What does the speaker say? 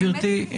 גברתי,